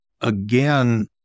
again